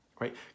right